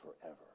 forever